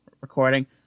recording